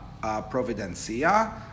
Providencia